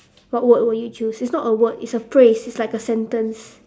what word would you choose it's not a word it's a phrase it's like a sentence